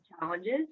challenges